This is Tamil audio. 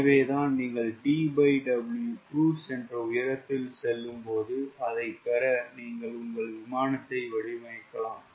எனவேதான் நீங்கள் TWcruise என்ற உயரத்தில் செல்லும்போது அதை பெற நீங்கள் உங்கள் விமானத்தை வடிவமைக்கலாம்